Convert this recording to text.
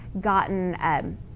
gotten